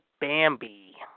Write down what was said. Bambi